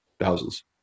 thousands